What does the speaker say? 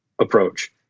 approach